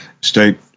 state